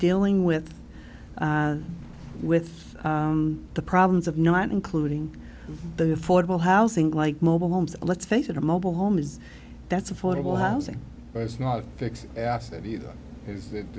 dealing with with the problems of not including the affordable housing like mobile homes let's face it a mobile home is that's affordable housing but it's not a fixed asset either is